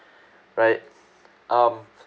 right um